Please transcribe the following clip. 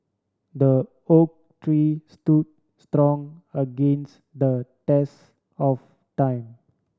the oak tree stood strong against the test of time